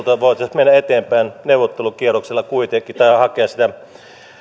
voitaisiin mennä eteenpäin neuvottelukierroksella kuitenkin tai hakea sitä